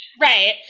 Right